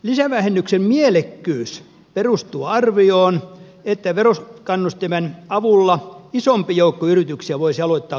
lisävähennyksen mielekkyys perustuu arvioon että verokannustimen avulla isompi joukko yrityksiä voisi aloittaa tutkimus ja kehittämistoiminnan